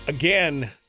again